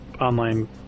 online